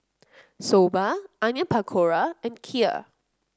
Soba Onion Pakora and Kheer